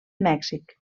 mèxic